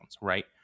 right